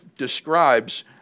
describes